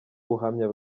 ubuhamya